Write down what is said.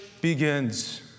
begins